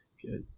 good